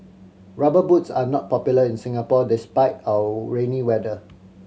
Rubber Boots are not popular in Singapore despite our rainy weather